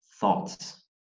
thoughts